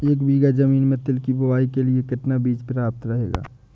एक बीघा ज़मीन में तिल की बुआई के लिए कितना बीज प्रयाप्त रहेगा?